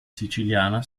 siciliana